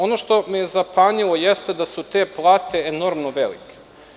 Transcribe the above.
Ono što me je zapanjilo, jeste da su te plate enormno velike.